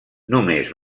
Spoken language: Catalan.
només